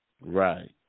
Right